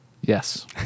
Yes